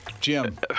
Jim